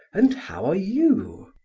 and how are you?